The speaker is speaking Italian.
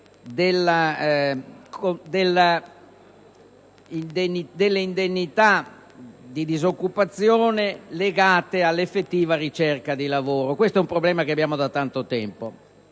delle indennità di disoccupazione legate all'effettiva ricerca di lavoro. Questo problema ormai si pone da molto tempo